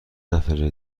نفر